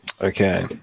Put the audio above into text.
Okay